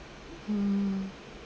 mm